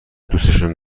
دوسشون